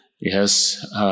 yes